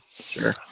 Sure